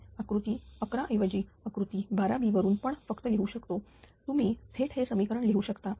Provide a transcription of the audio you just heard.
हे आकृती 11 ऐवजी आकृती 12 b वरून पण फक्त लिहू शकतो तुम्ही थेट हे समीकरण लिहू शकता